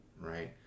Right